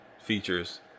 features